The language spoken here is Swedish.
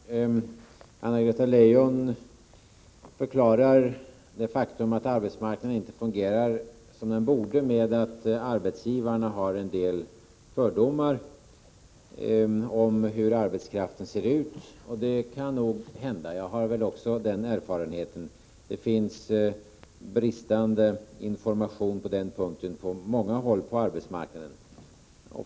Herr talman! Anna-Greta Leijon förklarar det faktum att arbetsmarknaden inte fungerar som den borde med att arbetsgivarna har en del fördomar om hur arbetskraften ser ut, och det kan nog hända. Jag har väl också den erfarenheten. Det brister i informationen på den punkten på många håll på arbetsmarknaden.